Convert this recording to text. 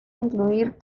incluir